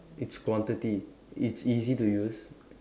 it's quantity it's easy to use